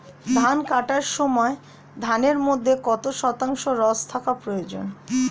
ধান কাটার সময় ধানের মধ্যে কত শতাংশ রস থাকা প্রয়োজন?